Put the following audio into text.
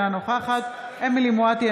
אינה נוכחת אמילי חיה מואטי,